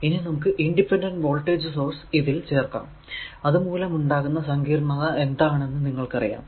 ഇനി നമുക്ക് independent voltage source ഇതിൽ ചേർക്കാം അത് മൂലം ഉണ്ടാകുന്ന സങ്കീർണത എന്താണെന്നു നിങ്ങൾക്കറിയാം